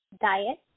diet